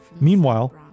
Meanwhile